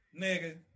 Nigga